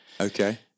Okay